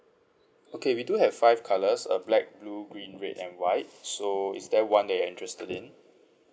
okay we do have five colours uh black blue green red and white so is there one that you're interested in